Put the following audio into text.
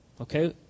Okay